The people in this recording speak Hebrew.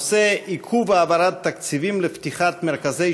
הנושא: עיכוב העברת תקציבים לפתיחת מרכזי